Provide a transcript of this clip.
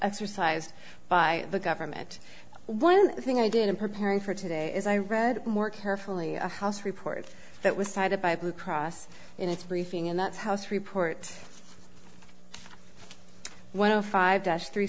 exercised by the government one thing i did in preparing for today is i read more carefully a house report that was cited by blue cross in its briefing and that's house report one of five dash three